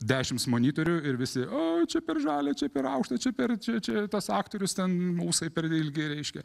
dešimts monitorių ir visi oi čia per žalia čia per aukšta čia per čia čia tas aktorius ten ūsai per ilgi reiškia